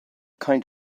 kind